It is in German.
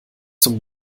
zum